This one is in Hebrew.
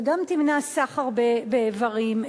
וגם תמנע סחר באיברים.